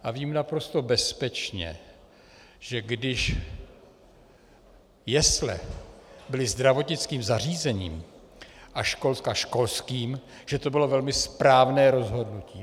A vím naprosto bezpečně, že když jesle byly zdravotnickým zařízením a školka školským, že to bylo velmi správné rozhodnutí.